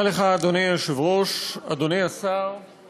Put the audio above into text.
לא מוותרים על לשמוע את דב חנין.